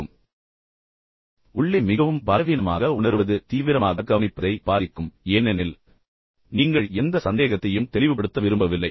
வேறுபாடு அதாவது உள்ளே மிகவும் பலவீனமாக உணருவது அதுவும் உங்கள் தீவிரமாக கவனிப்பதை பாதிக்கும் ஏனெனில் நீங்கள் எந்த சந்தேகத்தையும் தெளிவுபடுத்த விரும்பவில்லை